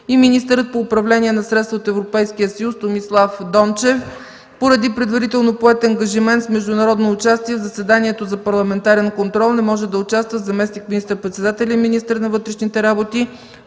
и министърът по управление на средствата от Европейския съюз Томислав Дончев. Поради предварително поет ангажимент с международно участие, в заседанието за парламентарен контрол не може да участва заместник министър-председателят и министър на вътрешните работи